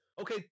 Okay